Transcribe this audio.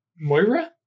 Moira